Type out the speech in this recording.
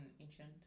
ancient